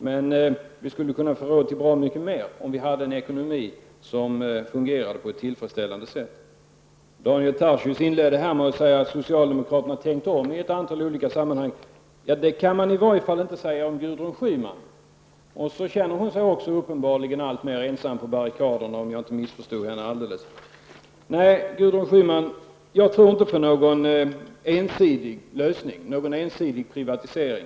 Men vi skulle kunna få råd till mycket mera om vi hade en ekonomi som fungerade på ett tillfredsställande sätt. Daniel Tarschys inledde med att säga att socialdemokraterna har tänkt om i olika sammanhang. Det kan man åtminstone inte säga om Gudrun Schyman. Hon känner sig uppenbarligen också alltmera ensam på barrikaderna, om jag inte missförstod henne helt. Nej, Gudrun Schyman, jag tror inte på någon ensidig lösning, någon ensidig privatisering.